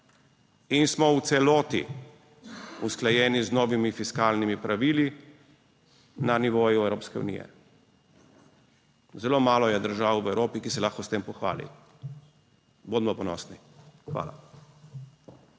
in smo v celoti usklajeni z novimi fiskalnimi pravili, na nivoju Evropske unije. Zelo malo je držav v Evropi, ki se lahko s tem pohvali. Bodimo ponosni. Hvala.